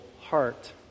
heart